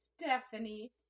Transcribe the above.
Stephanie